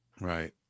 right